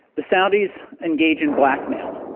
the saudis engage in blackmail.